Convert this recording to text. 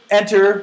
enter